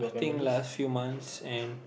think last few months and